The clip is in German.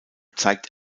zeigt